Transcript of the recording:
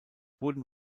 wurden